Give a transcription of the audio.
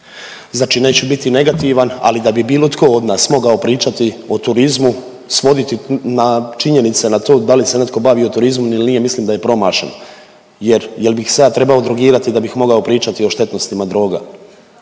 Znači neću biti negativan, ali da bi bilo tko od nas mogao pričati o turizmu, svoditi na činjenice na to da li se netko bavio turizmom ili nije, mislim da je promašen jer, je l' bih se ja trebao drogirati da bih mogao pričati o štetnostima droga?